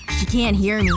she can't hear me.